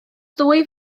ddwy